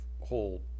whole